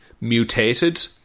mutated